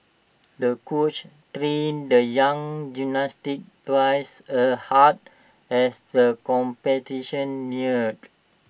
the coach trained the young gymnast twice as hard as the competition neared